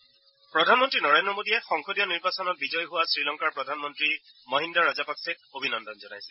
ভাৰতৰ প্ৰধানমন্নী নৰেজ্ৰ মোদীয়ে সংসদীয় নিৰ্বাচনত বিজয়ী হোৱা শ্ৰীলংকাৰ প্ৰধানমন্নী মহিন্দ ৰাজাপাকচেক অভিনন্দন জনাইছে